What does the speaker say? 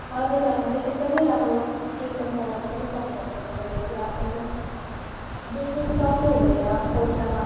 मालबजारमा चाहिँ एकदमै राम्रो ट्रिटमेन्ट पाउनु पनि सक्नुहुन्छ तपाईँले त्यहाँ एकदम जसले सक्नुहुँदैन पैसामा